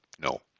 no